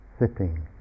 sitting